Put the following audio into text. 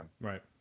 Right